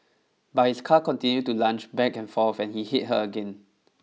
but his car continued to lunge back and forth and he hit her again